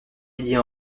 didier